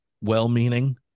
well-meaning